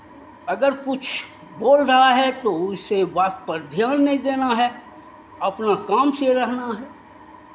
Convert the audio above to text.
अगर कुछ बोल रहा है तो उसके बात पर ध्यान नहीं देना है अपना काम से रहना है